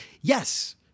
yes